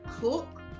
cook